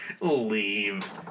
leave